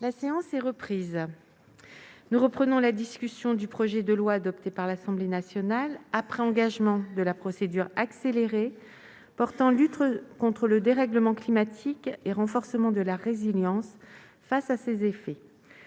À seize heures trente, le soir et la nuit : Suite du projet de loi, adopté par l'Assemblée nationale après engagement de la procédure accélérée, portant lutte contre le dérèglement climatique et renforcement de la résilience face à ses effets